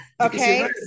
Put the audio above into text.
okay